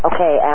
Okay